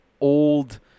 old